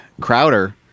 Crowder